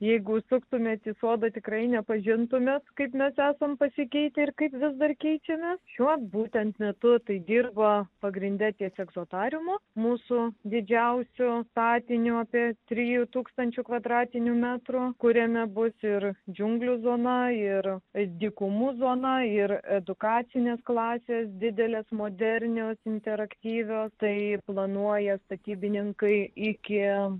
jeigu užsuktumėt į sodą tikrai nepažintumėt kaip mes esam pasikeitę ir kaip vis dar keičiamės šiuo būtent metu tai dirba pagrinde ties egzotariumu mūsų didžiausiu statiniu apie trijų tūkstančių kvadratinių metrų kuriame bus ir džiunglių zona ir dykumų zona ir edukacinės klasės didelės modernios interaktyvios tai planuoja statybininkai iki